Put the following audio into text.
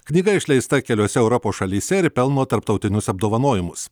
knyga išleista keliose europos šalyse ir pelno tarptautinius apdovanojimus